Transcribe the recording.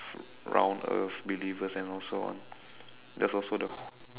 round earth believers and also on there's also the